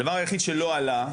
הדבר היחיד שלא עלה,